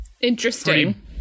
Interesting